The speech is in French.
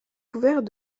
couvert